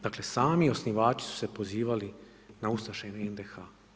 Dakle, sami osnivači su se pozivali na ustaše i NDH.